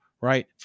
right